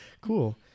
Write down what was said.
Cool